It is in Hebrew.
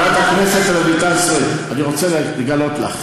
חברת הכנסת רויטל סויד, אני רוצה לגלות לך: